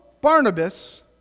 Barnabas